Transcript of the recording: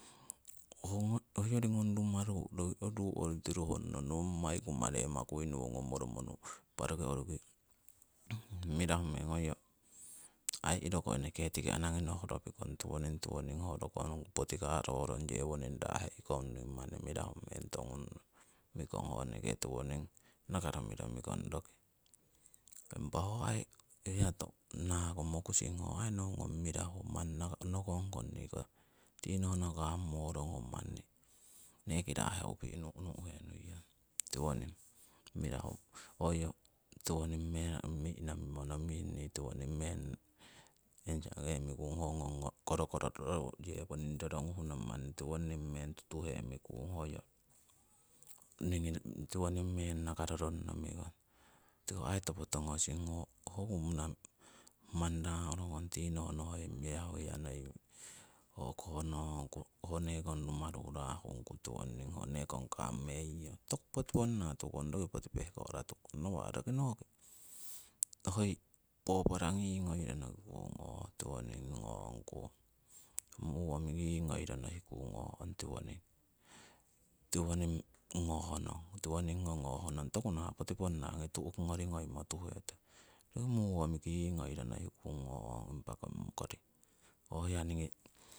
Hoyori ngong rumaru roki ruu orutiru hoi nommai kumaremakuinowo ngomoromo nukung impa roki orukii mirahu meng hoi yo aii iroko anaki eneke nohro piikong tiwoning tiwoning ho rokong potii karorong yewoninang raaheikong mani mirahu meng tongunno mikong ho eneke tiwonong naakaromikong roki. Impa ho aii nahaahko mookusing ho aii nohu ngong mirahu mani nohungkong tii nohnno kaamorong ho manni neeki raaheupih nuh nuhe nuiyong. Tiwoning mirahu hoiyo tiwoning meng mi'nomimo nomiing nii tiwoning meng answer ngomikung ho ngong korokoro yewoning roronguhnong manni tiwononing meng tutuhemihkung hoi yo ningi tiwoning meng nakaroronno mikong. Tiko aii topo tongosing ho kuupuna manni raahorokong tinohno ho hiya mirahu hiya noi o'ko ngongku ho nekong rumaru raahunku ho nekong kaamengyong toku poti ponna tukong roki poti pehkohra tukong nawah roki noki hoi fourplaki yii ngoiro nokikung ohh tiwoning ngongkung muwonmii ngii ngoiro yii nokikung ohh tiwoning ngohnong tiwoning ngohgnohnong toku nah poti ponnaki tu'ki ngori ngoimo tuhetong roki muwomiki ngoiro nokikung ohh impa komikoring ho hiya ningii